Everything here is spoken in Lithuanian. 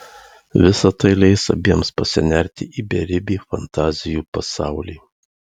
visa tai leis abiems pasinerti į beribį fantazijų pasaulį